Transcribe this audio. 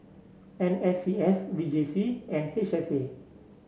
N S C S V J C and H S A